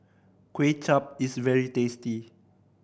Kway Chap is very tasty